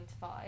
five